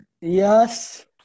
Yes